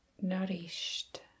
nourished